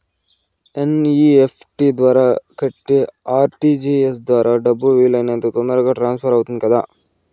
NEFT ద్వారా కంటే RTGS ద్వారా డబ్బు వీలు అయినంత తొందరగా ట్రాన్స్ఫర్ అవుతుంది కదా